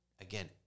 Again